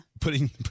Putting